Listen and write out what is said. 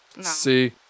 See